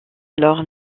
alors